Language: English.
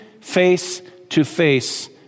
face-to-face